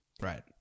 Right